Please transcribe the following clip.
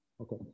Okay